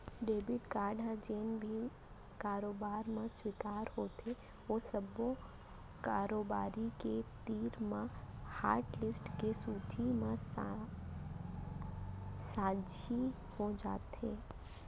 debit card ह जेन भी कारोबार म स्वीकार होथे ओ सब्बो कारोबारी के तीर म हाटलिस्ट के सूची ह साझी हो जाथे